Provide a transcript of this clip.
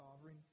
sovereign